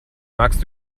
magst